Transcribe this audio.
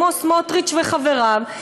כמו סמוטריץ וחבריו,